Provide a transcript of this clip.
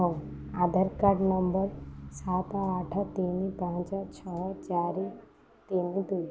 ହଉ Aadhaar card number ସାତ ଆଠ ତିନି ପାଞ୍ଚ ଛଅ ଚାରି ତିନି ଦୁଇ